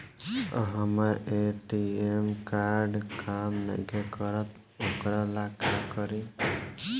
हमर ATM card काम नईखे करत वोकरा ला का करी?